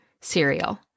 cereal